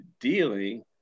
dealing